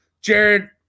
Jared